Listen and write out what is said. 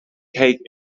cake